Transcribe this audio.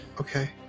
Okay